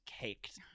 caked